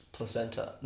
Placenta